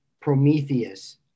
Prometheus